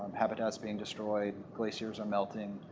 habitat is being destroyed, glaciers are melting.